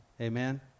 Amen